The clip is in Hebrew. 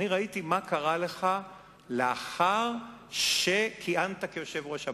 ראיתי מה קרה לך לאחר שכיהנת כיושב-ראש הבית.